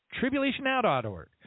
Tribulationnow.org